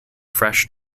fresh